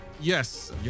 Yes